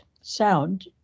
sound